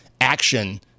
action